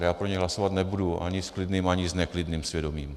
Já pro něj hlasovat nebudu ani s klidným, ani s neklidným svědomím.